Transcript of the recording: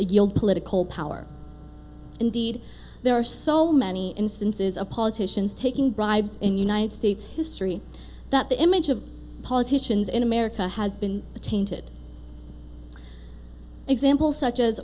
yield political power indeed there are so many instances of politicians taking bribes in united states history that the image of politicians in america has been a tainted example such as